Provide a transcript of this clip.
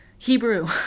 Hebrew